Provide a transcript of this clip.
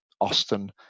Austin